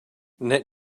net